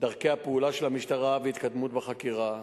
דרכי הפעולה של המשטרה והתקדמות בחקירה.